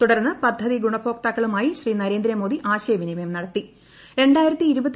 തുടർന്ന് പദ്ധതി ഗുണഭോക്താക്കളുമായി പ്രശ്ച് നരേന്ദ്രമോദി ആശയവിനിമയം നടത്തി